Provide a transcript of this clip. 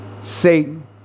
Satan